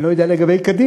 אני לא יודע לגבי קדימה,